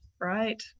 right